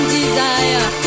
desire